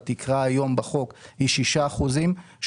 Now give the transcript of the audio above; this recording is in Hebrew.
התקרה היום בחוק היא 6 אחוזים,